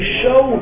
show